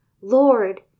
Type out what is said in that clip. Lord